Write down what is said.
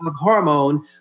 hormone